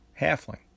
halfling